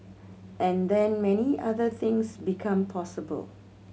and then many other things become possible